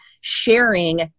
sharing